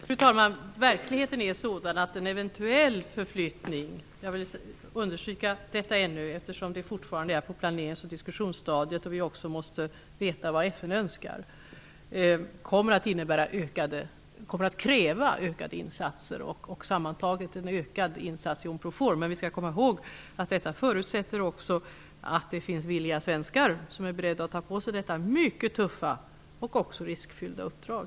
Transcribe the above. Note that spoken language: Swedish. Fru talman! Verkligheten är sådan att en eventuell förflyttning -- jag vill understryka ordet ''eventuell'', eftersom förflyttningen fortfarande befinner sig på diskussionsstadiet och vi dessutom måste veta vad FN önskar -- kommer att kräva ökade insatser och sammantaget en ökad insats i Unprofor. Men vi skall komma ihåg att detta också förutsätter att det finns villiga svenskar som är beredda att ta på sig detta mycket tuffa och även riskfyllda uppdrag.